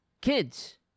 kids